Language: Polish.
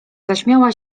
zaśmiała